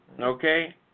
Okay